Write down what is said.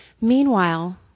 Meanwhile